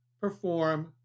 perform